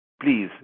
Please